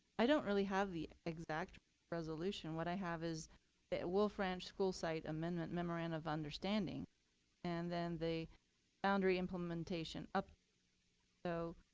i don't really have the exact resolution. what i have is that wolf ranch school site amendment memorandum of understanding and then the boundary implementation so